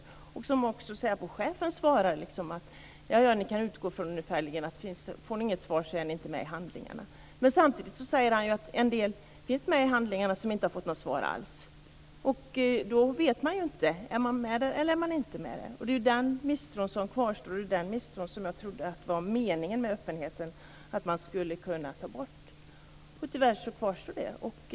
Säpochefen har också svarat ungefär: Jaja, ni kan utgå från att får ni inget svar är ni inte med i handlingarna. Men samtidigt säger han att en del finns med i handlingarna som inte har fått något svar alls. Då vet man ju inte: Är man med eller är man inte med? Det är den misstron som kvarstår, och jag trodde att meningen med öppenheten var just att kunna ta bort denna misstro. Tyvärr kvarstår den nu.